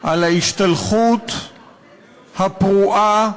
על ההשתלחות הפרועה,